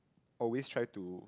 always try to